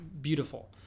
Beautiful